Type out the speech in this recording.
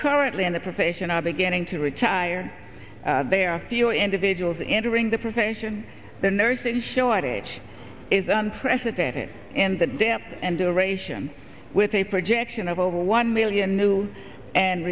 currently in the profession are beginning to retire there are fewer individuals entering the profession the nursing shortage is unprecedented in the depth and duration with a projection of over one million new and